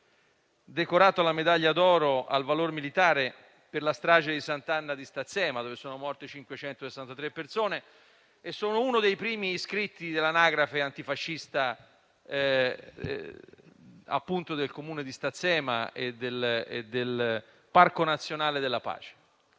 decorato dalla medaglia d'oro al valor militare per la strage di Sant'Anna di Stazzema, in cui sono morte 560 persone, oltre ad essere uno dei primi iscritti all'anagrafe antifascista del Comune di Stazzema e del Parco nazionale della pace.